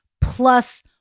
plus